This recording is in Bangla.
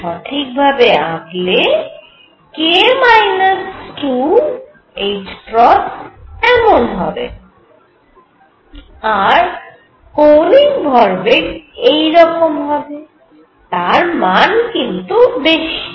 সঠিক ভাবে আঁকলে ℏ এমন হবে আর কৌণিক ভরবেগ এইরকম হবে তার মান কিন্তু বেশী